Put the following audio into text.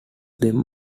them